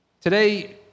Today